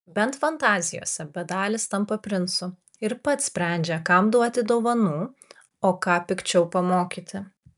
bent fantazijose bedalis tampa princu ir pats sprendžia kam duoti dovanų o ką pikčiau pamokyti